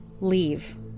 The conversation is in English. leave